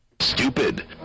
Stupid